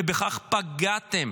ובכך פגעתם,